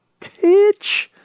titch